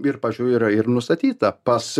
ir pavyzdžiui jau yra ir nustatyta pas